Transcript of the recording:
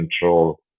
control